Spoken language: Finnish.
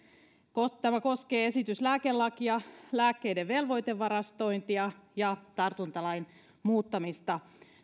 esitys koskee lääkelakia lääkkeiden velvoitevarastointia ja tartuntalain muuttamista